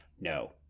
no